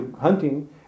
hunting